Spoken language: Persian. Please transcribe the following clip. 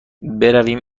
برویم